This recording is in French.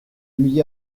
lui